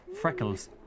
freckles